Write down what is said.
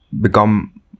become